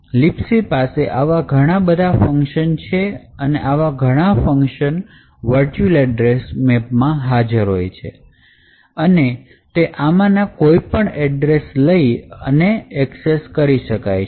હવે libc પાસે આવા ઘણા બધા ફંકશન છે અને આ બધા ફંકશન વર્ચ્યુલ એડ્રેસ મેપ માં હાજર છે અને તે આમાંના કોઈપણ એડ્રેસ લઈ અને એક્સેસ કરી શકાય છે